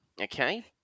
Okay